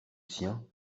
sien